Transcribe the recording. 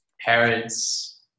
parents